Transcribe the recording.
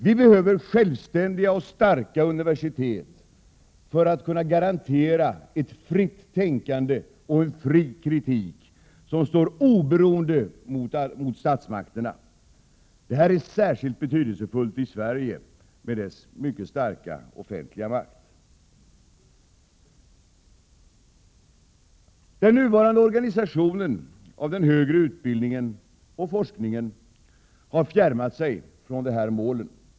Vi behöver självständiga och starka universitet för att kunna garantera ett fritt tänkande och en fri kritik som står oberoende mot statsmakterna. Det här är särskilt betydelsefullt i Sverige med dess mycket starka offentliga makt. Den nuvarande organisationen av den högre utbildningen och forskningen har fjärmat sig från detta mål.